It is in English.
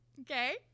okay